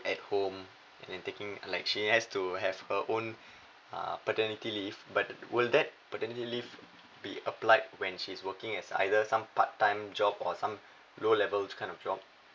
at home and then taking like she has to have her own uh paternity leave but would that paternity leave be applied when she's working as either some part time job or some low level kind of job